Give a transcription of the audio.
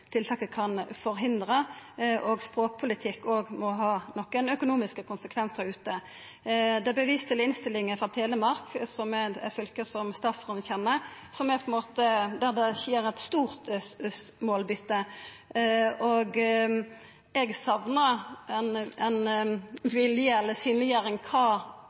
tiltaket kan forhindra, og språkpolitikk må også ha nokre økonomiske konsekvensar ute. I innstillinga vert det vist til Telemark, som er eit fylke statsråden kjenner, der det skjer eit stort målbyte. Eg